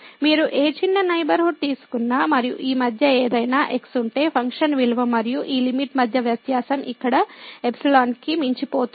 మీరు ఏ చిన్న నైబర్హుడ్ తీసుకున్న మరియు ఈ మధ్య ఏదైనా x ఉంటే ఫంక్షన్ విలువ మరియు ఈ లిమిట్ మధ్య వ్యత్యాసం ఇక్కడ ϵ కి మించిపోతుంది